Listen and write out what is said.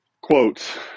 quotes